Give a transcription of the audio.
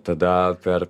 tada per